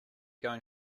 going